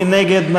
מי נגד?